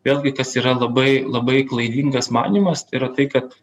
vėlgi kas yra labai labai klaidingas manymas yra tai tai kad